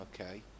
Okay